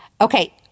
Okay